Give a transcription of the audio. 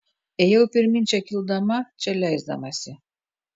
ėjau pirmyn čia kildama čia leisdamasi